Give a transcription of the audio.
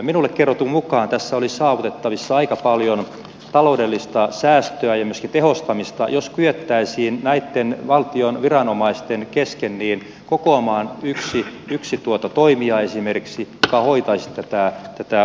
minulle kerrotun mukaan tässä olisi saavutettavissa aika paljon taloudellista säästöä ja myöskin tehostamista jos kyettäisiin näitten valtion viranomaisten kesken kokoamaan yksi toimija esimerkiksi joka hoitaisi tätä vaativaa tehtävää